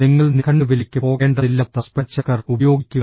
നിങ്ങൾ നിഘണ്ടുവിലേക്ക് പോകേണ്ടതില്ലാത്ത സ്പെൽ ചെക്കർ ഉപയോഗിക്കുക